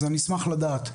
אז אני אשמח לדעת.